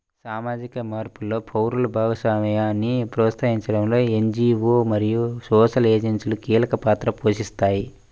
సామాజిక మార్పులో పౌరుల భాగస్వామ్యాన్ని ప్రోత్సహించడంలో ఎన్.జీ.వో మరియు సోషల్ ఏజెన్సీలు కీలక పాత్ర పోషిస్తాయి